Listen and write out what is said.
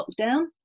lockdown